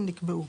אם נקבעו.